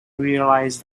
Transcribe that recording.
realised